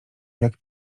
jak